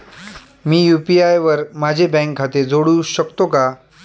मी UPI वर माझे bank खाते जोडू शकतो का?